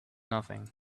nothing